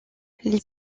les